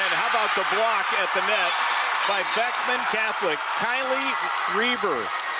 how about the block at the net by beckman catholic. kylie reeber.